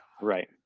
right